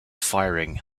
firing